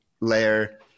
layer